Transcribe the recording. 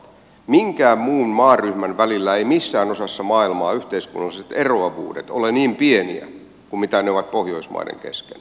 minkään muun maaryhmän välillä eivät missään osassa maailmaa yhteiskunnalliset eroavuudet ole niin pieniä kuin mitä ne ovat pohjoismaiden kesken